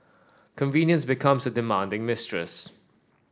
convenience becomes a demanding mistress